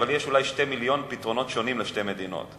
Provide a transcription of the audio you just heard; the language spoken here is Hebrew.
אבל יש אולי שני מיליוני פתרונות שונים לשתי מדינות.